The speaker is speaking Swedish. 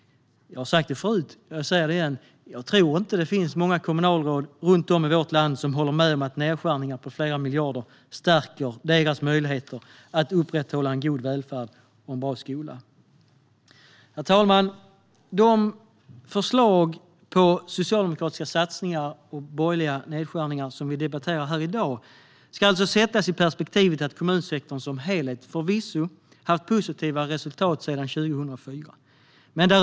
Jag har sagt det förut, men jag säger det igen: Jag tror inte att det finns många kommunalråd runt om i vårt land som håller med om att nedskärningar på flera miljarder stärker deras möjligheter att upprätthålla en god välfärd och en bra skola. Herr talman! De förslag på socialdemokratiska satsningar och borgerliga nedskärningar som vi debatterar här i dag ska alltså sättas i perspektivet att kommunsektorn som helhet förvisso haft positiva resultat sedan 2004.